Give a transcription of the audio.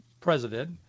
president